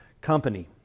company